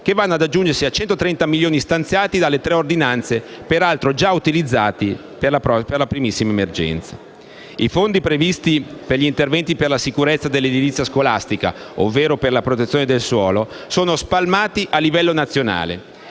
che vanno ad aggiungersi ai 130 milioni stanziati dalle tre ordinanze, peraltro già utilizzati per la primissima emergenza. I fondi previsti per gli interventi per la sicurezza dell'edilizia scolastica, ovvero per la protezione del suolo, sono spalmati a livello nazionale.